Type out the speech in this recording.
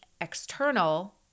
external